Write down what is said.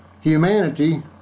humanity